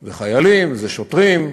זה חיילים, זה שוטרים,